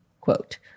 quote